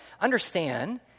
understand